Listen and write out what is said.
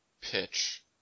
pitch